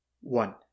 one